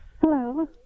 hello